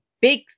big